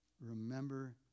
Remember